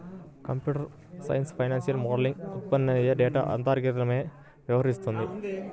computer science financial మోడలింగ్లో ఉత్పన్నమయ్యే data అల్గారిథమ్లతో వ్యవహరిస్తుంది